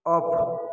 off